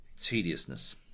tediousness